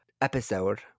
episode